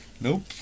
Nope